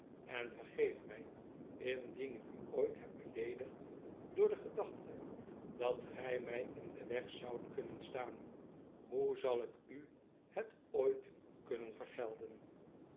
en vergeef mij indien ik u ooit heb beleedigd door de gedachte dat gij mij in den weg zoudt kunnen staan hoe zal ik u het ooit kunnen vergelden